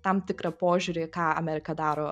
tam tikrą požiūrį į ką amerika daro